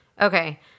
Okay